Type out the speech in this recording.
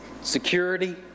security